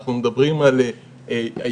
כשאנחנו מדברים על היהודי,